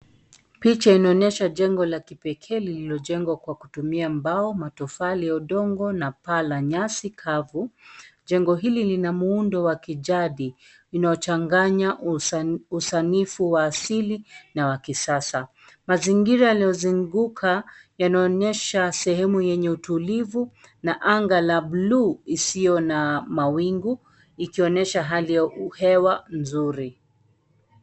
Picha inaonyesha jengo la kipekee lililojengwa kwa kutumia mbao, matofali ya udongo na paa la nyasi kavu. Jengo hili lina muundo wa kijadi linaochanganya usanifu wa asili na wa kisasa. Mazingira yanayozunguka yanaonyesha sehemu ya utulivu na anga la buluu isiyo na mawingu ikionyesha hewa nzuri.